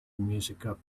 música